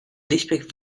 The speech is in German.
lichtblick